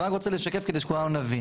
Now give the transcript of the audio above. אבל אני רק רוצה לשקף, כדי שכולנו נבין.